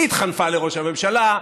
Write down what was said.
היא התחנפה לראש הממשלה,